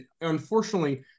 unfortunately